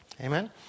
Amen